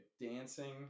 dancing